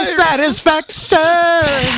satisfaction